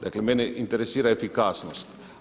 Dakle, mene interesira efikasnost.